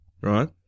right